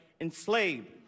enslaved